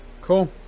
Cool